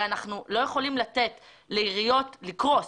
אנחנו לא יכולים לתת לעיריות לקרוס.